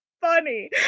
funny